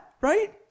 right